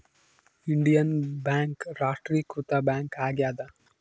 Indian Bank ರಾಷ್ಟ್ರೀಕೃತ bank ಆಗ್ಯಾದ